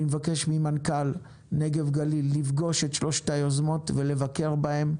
אני מבקש ממנכ"ל נגב גליל לפגוש את שלוש היוזמות ולבקר בהן.